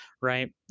Right